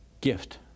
gift